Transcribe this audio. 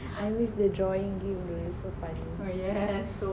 I miss the drawing game !duh! it's so funny